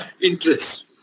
interest